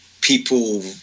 people